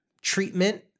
treatment